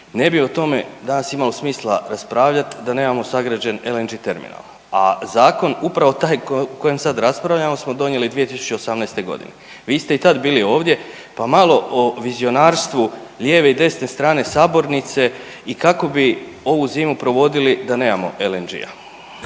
Ne bi o tome danas imalo smisla raspravljat da nemamo sagrađen LNG terminal, a zakon upravo taj o kojem sad raspravljamo smo donijeli 2018.g. Vi ste i tad bili ovdje pa malo o vizionarstvu lijeve i desne strane sabornice i kako bi ovu zimu provodili da nemamo LNG-a?